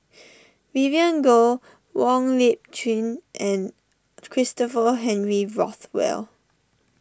Vivien Goh Wong Lip Chin and Christopher Henry Rothwell